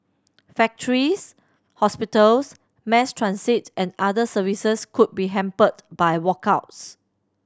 factories hospitals mass transit and other services could be hampered by walkouts